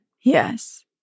Yes